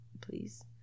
please